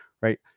right